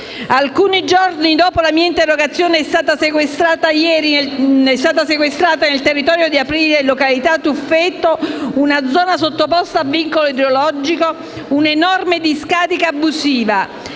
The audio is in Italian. Alcuni giorni dopo la mia interrogazione, è stata sequestrata nel territorio di Aprilia, in località Tufetto - una zona sottoposta a vincolo idrologico - una enorme discarica abusiva.